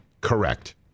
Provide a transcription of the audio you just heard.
correct